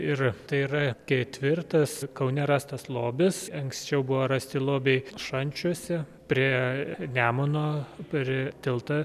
ir tai yra ketvirtas kaune rastas lobis anksčiau buvo rasti lobiai šančiuose prie nemuno prie tilto